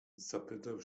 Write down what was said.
zapytał